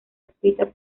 escrita